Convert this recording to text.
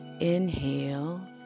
inhale